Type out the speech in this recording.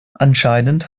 anscheinend